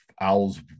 owls